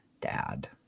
dad